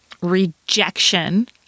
rejection